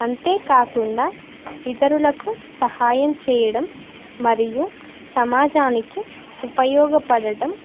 అంతేకాకుండా ఇతరులకు సహాయం చేయడం మరియు సమాజానికి ఉపయోగపడటం